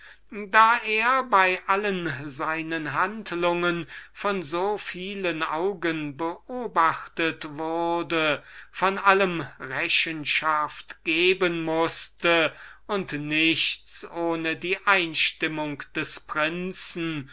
da er bei allen seinen handlungen von so vielen augen beobachtet und verbunden war von allem rechenschaft zu geben und nichts ohne die einstimmung des prinzen